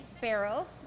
barrel